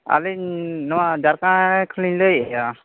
ᱟᱹᱞᱤᱧ ᱱᱚᱣᱟ ᱡᱷᱟᱲᱠᱷᱚᱱᱰ ᱠᱷᱚᱱᱞᱤᱧ ᱞᱟᱹᱭᱮᱫᱼᱟ